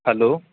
hello